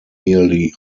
nearly